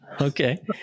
Okay